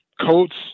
coats